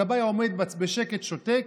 הגבאי עומד בשקט ושותק.